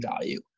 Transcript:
value